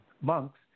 monks